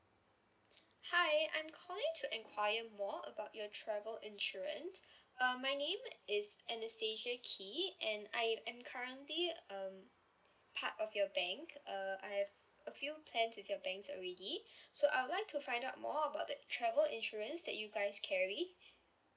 hi I'm calling to enquire more about your travel insurance uh my name is anastasia key and I am currently um part of your bank uh I have a few plans with your banks already so I would like to find out more about the travel insurance that you guys carry